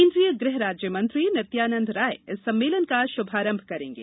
केन्द्रीय गृह राज्यममंत्री नित्यानंद राय इस सम्मेलन का शुभारंभ करेंगे